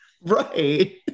Right